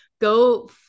go